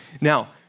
Now